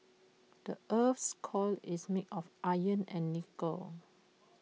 the Earth's core is made of iron and nickel